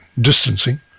distancing